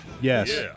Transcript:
Yes